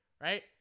right